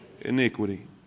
iniquity